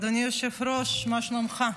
אדוני היושב-ראש, מה שלומך?